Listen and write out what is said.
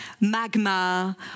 magma